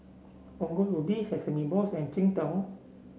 Ongol Ubi Sesame Balls and Cheng Tng